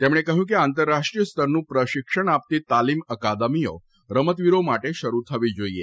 તેમણે કહ્યું કે આંતરરાષ્ટ્રીય સ્તરનું પ્રશિક્ષણ આપતી તાલીમ અકાદમીઓ રમતવીરો માટે શરૂ થવી જોઇએ